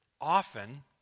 often